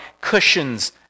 cushions